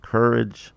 Courage